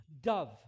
dove